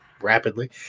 rapidly